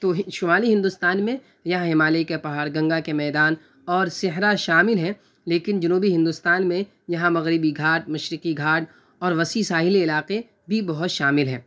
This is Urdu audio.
تو شمالی ہندوستان میں یہاں ہمالیہ کے پہاڑ گنگا کے میدان اور صحرا شامل ہیں لیکن جنوبی ہندوستان میں یہاں مغربی گھاٹ مشرقی گھاٹ اور وسیع ساحلی علاقے بھی بہت شامل ہیں